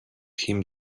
him